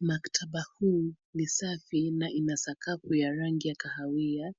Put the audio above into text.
Maktaba huu ni safi na ina sakafu ya rangi ya kahawia.